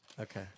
Okay